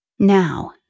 Now